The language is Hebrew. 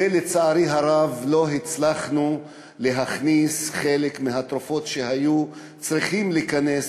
ולצערי הרב לא הצלחנו להכניס לסל חלק מהתרופות שהיו צריכות להיכנס,